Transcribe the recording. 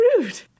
rude